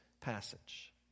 passage